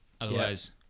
Otherwise